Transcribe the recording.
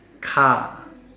car